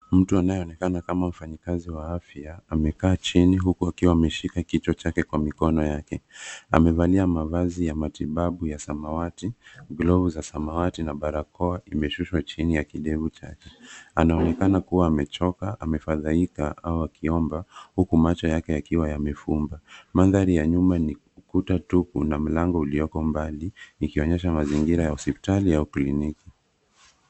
Mtu anayeonekana kama mfanyakazi wa afya amekaa chini huku akiwa ameshika kichwa chake kwa mikono yake. Amevalia mavazi ya matibabu ya samawati, glovu za samawati na barakoa imeshushwa chini ya kidevu chake. Anaonekana kuwa amechoka, amefadhaika au akiomba huku macho yake yakiwa yamefumba. Mandhari ya nyuma ni kuta tupu na mlango ulioko mbali ikionyesha mazingira ya hospitali au kliniki.